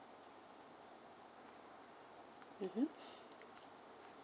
mmhmm